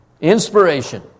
Inspiration